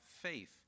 faith